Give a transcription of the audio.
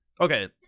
okay